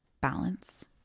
Balance